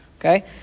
Okay